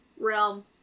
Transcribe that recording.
realm